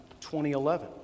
2011